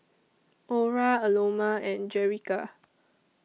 Orra Aloma and Jerica